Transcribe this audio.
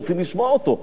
רוצים לשמוע אותו.